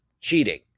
cheating